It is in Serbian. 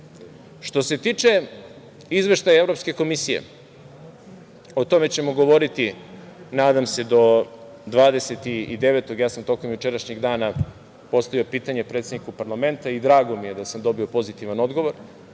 se tiče izveštaja Evropske komisije, o tome ćemo govoriti, nadam se do 29. decembra, tokom jučerašnjeg dana sam postavio pitanje predsedniku parlamenta i drago mi je da sam dobio pozitivan odgovor,